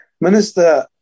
Minister